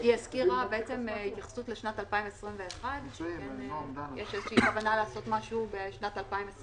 היא הזכירה בעצם התייחסות לשנת 2021. יש איזו כוונה לעשות משהו בשנת 2021?